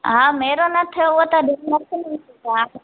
हा मेरो न थियो त हूअ त ॾिसंदी हा